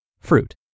Fruit